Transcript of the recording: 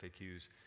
FAQs